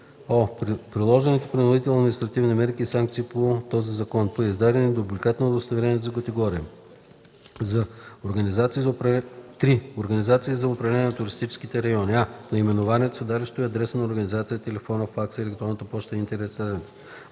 о) приложените принудителни административни мерки и санкции по този закон; п) издадения дубликат на удостоверението за категория; 3. организациите за управление на туристическите райони: а) наименованието, седалището и адреса на организацията, телефона, факса, електронната поща, интернет